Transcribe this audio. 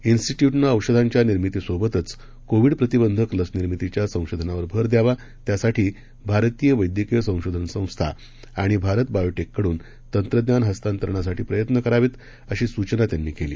निस्टट्युटनं औषधांच्या निर्मितीसोबतच कोविड प्रतिबंधक लस निर्मितीच्या संशोधनावर भर द्यावा त्यासाठी भारतीय वैद्यकीय संशोधन संस्था आणि भारत बायोटेकडून तंत्रज्ञान हस्तांतरणासाठी प्रयत्न करावेत अशी सूचना त्यांनी केली